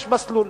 יש מסלול.